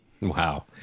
Wow